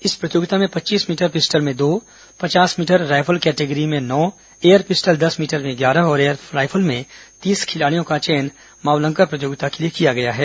इस प्रतियोगिता में पच्चीस मीटर पिस्टल में दो पचास मीटर रायफल कैटेगिरी में नौ एयर पिस्टल दस मीटर में ग्यारह और एयर रायफल में तीस खिलाड़ियों का चयन मावलंकर प्रतियोगिता के लिए किया गया है